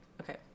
Okay